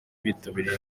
bitabiriye